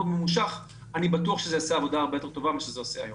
ממושך מאוד אני בטוח שזה יעשה עבודה הרבה יותר טובה מאשר זה עושה היום.